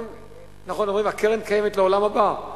נכון אומרים: הקרן קיימת לעולם הבא?